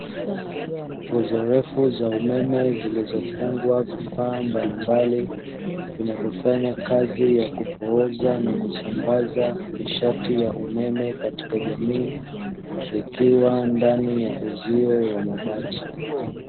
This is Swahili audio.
Nguzo refu za umeme zilizofungwa vifaa mbalimbali vinavyofanya kazi ya kupooza na kusambaza nishati ya umeme katika jamii, zikiwa ndani ya uzio wa mabati.